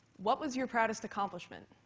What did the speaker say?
what was your proudest accomplishment?